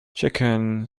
chicken